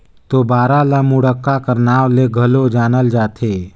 तोबरा ल मुड़क्का कर नाव ले घलो जानल जाथे